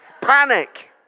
Panic